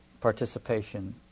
participation